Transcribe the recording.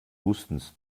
houstons